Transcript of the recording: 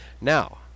Now